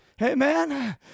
Amen